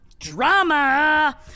drama